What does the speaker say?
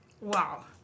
Wow